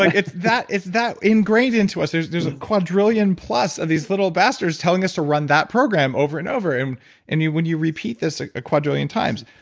like it's that it's that ingrained into us. there's there's a quadrillion plus of these little bastards telling us to run that program over and over, and and when you repeat this ah a quadrillion times.